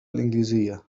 الإنجليزية